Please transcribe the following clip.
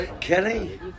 kelly